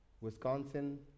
Wisconsin